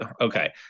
okay